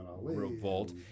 revolt